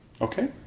okay